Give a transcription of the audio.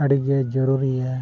ᱟᱹᱰᱤᱜᱮ ᱡᱚᱨᱩᱨᱤᱭᱟ